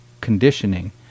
conditioning